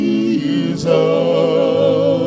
Jesus